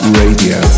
radio